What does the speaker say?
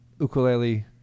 ukulele